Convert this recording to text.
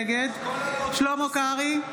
נגד שלמה קרעי,